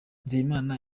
nzeyimana